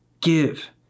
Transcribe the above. Give